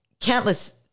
countless